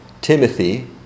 Timothy